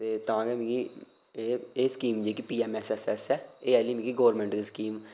ते तां के मिगी एह् एह् स्कीम ऐ जेह्ड़ी P M S S S ऐ एह् आह्ली मिगी गौरमैंट दी स्कीम